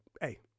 hey